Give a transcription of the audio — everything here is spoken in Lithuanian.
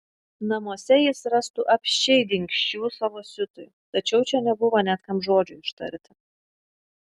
namuose jis rastų apsčiai dingsčių savo siutui tačiau čia nebuvo net kam žodžio ištarti